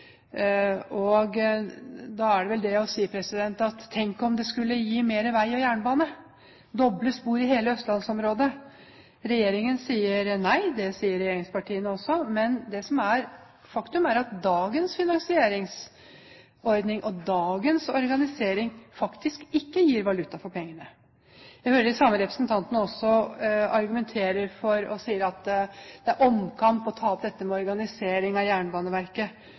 byråkrati». Da er det vel det å si: Tenk om det skulle gi mer vei og jernbane – doble spor i hele østlandsområdet? Regjeringen sier nei, og det sier regjeringspartiene også. Men det som er et faktum, er at dagens finansieringsordning og dagens organisering ikke gir valuta for pengene. Vi hører også de samme representantene argumentere med at det er «omkamp» å ta opp organisering av Jernbaneverket